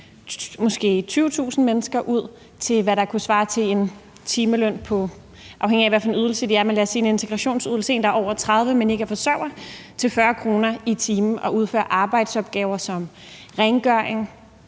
måske 20.000 mennesker ud til, hvad der kunne svare til en timeløn på – afhængig af, hvad for en ydelse de er på, men lad os sige en integrationsydelse til en, der er over 30 år, men ikke er forsørger – 40 kr. og udføre arbejdsopgaver som rengøring,